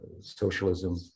socialism